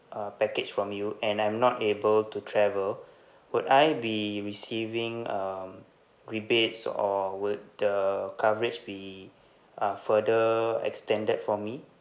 uh package from you and I'm not able to travel would I be receiving um rebates or would the coverage be uh further extended for me